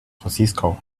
francisco